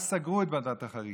אז סגרו את ועדת החריגים.